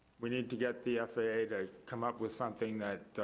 we need to get the faa to come up with something that